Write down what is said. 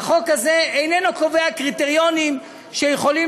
החוק הזה איננו קובע קריטריונים שיכולים